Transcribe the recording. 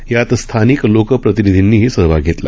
यात स्थानिक लोकप्रतिनिधींनीही सहभाग घेतला